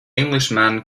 englishman